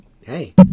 hey